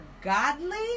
godly